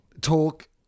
talk